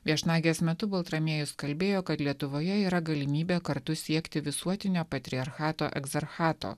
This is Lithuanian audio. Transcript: viešnagės metu baltramiejus kalbėjo kad lietuvoje yra galimybė kartu siekti visuotinio patriarchato egzerchato